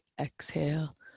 Exhale